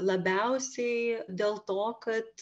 labiausiai dėl to kad